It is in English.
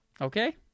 Okay